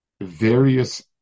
various